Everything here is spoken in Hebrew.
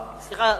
סליחה,